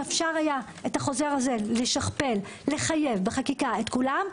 אם אפשר היה לשכפל את החוזר הזה ולחייב בחקיקה את כולם,